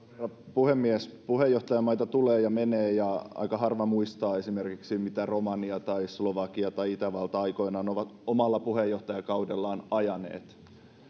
puhemies puheenjohtajamaita tulee ja menee ja aika harva muistaa esimerkiksi mitä romania tai slovakia tai itävalta aikoinaan ovat omalla puheenjohtajakaudellaan ajaneet